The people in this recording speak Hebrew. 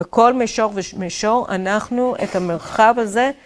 בכל מישור ומישור, אנחנו את המרחב הזה